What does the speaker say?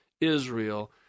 Israel